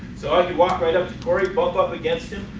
so i could walk right up cory bump up against him,